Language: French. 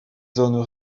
zones